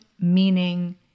meaning